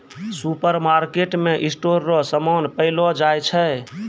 सुपरमार्केटमे स्टोर रो समान पैलो जाय छै